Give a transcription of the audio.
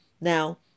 Now